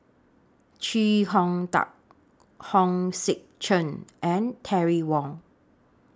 Chee Hong Tat Hong Sek Chern and Terry Wong